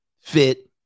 fit